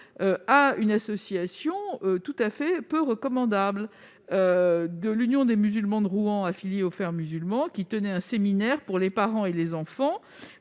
à une association très peu recommandable, à savoir l'Union des musulmans de Rouen, affiliée aux Frères musulmans, qui tenait un séminaire pour les parents et les enfants,